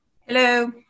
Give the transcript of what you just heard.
Hello